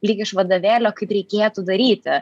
lyg iš vadovėlio kaip reikėtų daryti